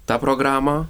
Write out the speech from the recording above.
tą programą